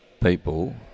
people